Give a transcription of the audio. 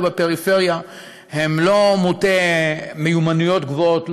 בפריפריה הם לא מוטי מיומנויות גבוהות,